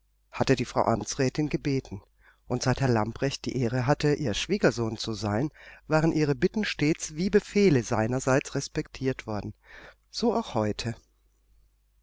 hatte die frau amtsrätin gebeten und seit herr lamprecht die ehre hatte ihr schwiegersohn zu sein waren ihre bitten stets wie befehle seinerseits respektiert worden so auch heute